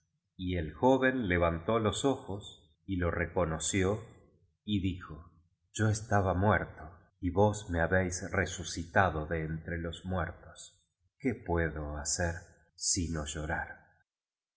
y el joven levantó los ojos y lo reconoció y dijo yo estaba muerto y vos me habéis resucitado de entre ios muertos qué puedo hacer sino llorar